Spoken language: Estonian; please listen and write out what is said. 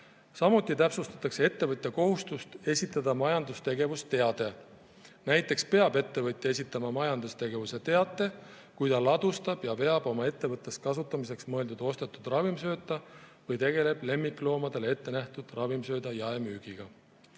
Samuti täpsustatakse ettevõtja kohustust esitada majandustegevusteade. Näiteks peab ettevõtja esitama majandustegevusteate, kui ta ladustab ja veab oma ettevõttes kasutamiseks mõeldud ostetud ravimsööta või tegeleb lemmikloomadele ettenähtud ravimsööda jaemüügiga.